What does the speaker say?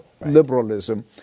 liberalism